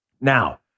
Now